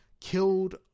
killed